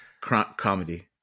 Comedy